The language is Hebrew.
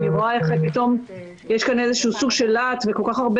אני רואה איך פתאום יש כאן סוג של להט וכל כך הרבה